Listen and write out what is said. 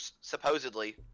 supposedly